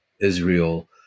Israel